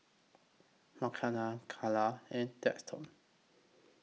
Makenna Kala and Daxton